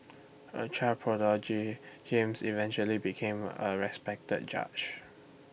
A child prodigy James eventually became A respected judge